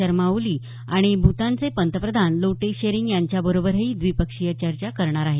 शर्मा ओली आणि भूटानचे पंतप्रधान लोटे शेरिंग यांच्याबरोबरही द्विपक्षीय चर्चा करणार आहेत